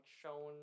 shown